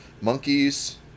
monkeys